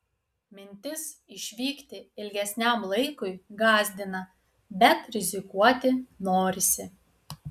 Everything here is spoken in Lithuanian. mintis išvykti ilgesniam laikui gąsdina bet rizikuoti norisi